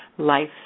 life